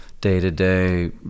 day-to-day